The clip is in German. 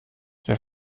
der